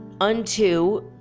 unto